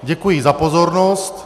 Děkuji za pozornost.